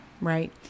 Right